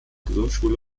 grundschule